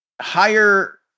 higher